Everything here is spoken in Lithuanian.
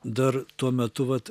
dar tuo metu vat